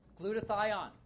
Glutathione